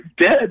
dead